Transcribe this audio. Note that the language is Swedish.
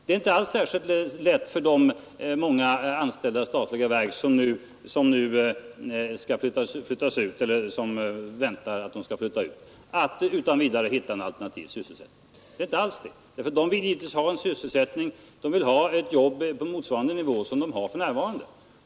Det är inte särskilt lätt för de många anställda i statliga verk som väntar att de skall flyttas ut att utan vidare hitta en alternativ sysselsättning. De vill givetvis ha ett jobb på en nivå som motsvarar den som de arbetar på för närvarande.